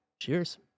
cheers